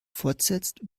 fortsetzt